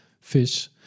Fish